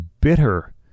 bitter